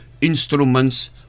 instruments